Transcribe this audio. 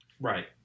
Right